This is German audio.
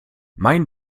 mein